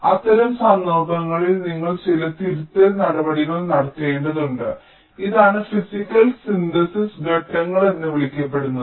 അതിനാൽ അത്തരം സന്ദർഭങ്ങളിൽ നിങ്ങൾ ചില തിരുത്തൽ നടപടികൾ നടത്തേണ്ടതുണ്ട് ഇതാണ് ഫിസിക്കൽ സിന്തസിസ് ഘട്ടങ്ങൾ എന്ന് വിളിക്കപ്പെടുന്നത്